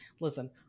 listen